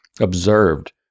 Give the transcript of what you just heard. observed